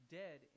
dead